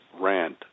rant